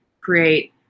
create